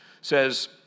says